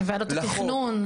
וועדות התכנון,